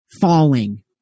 falling